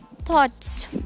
thoughts